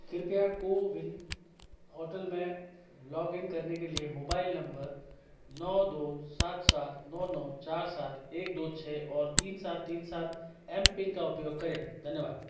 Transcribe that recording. कृपया कोविन पोर्टल में लॉगिन करने के लिए मोबाइल नौ दो सात सात नौ नौ चार सात एक दो छः और तीन सात तीन एस एम पिन का उपयोग करें धन्यवाद